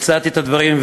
הצעתי את הדברים,